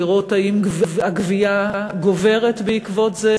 לראות האם הגבייה גוברת בעקבות זה,